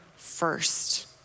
first